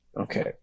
Okay